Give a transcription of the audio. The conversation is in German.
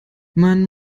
man